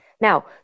Now